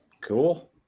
Cool